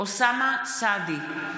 מתחייב אני אוסאמה סעדי,